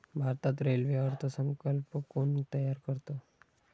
भारतात रेल्वे अर्थ संकल्प कोण तयार करतं?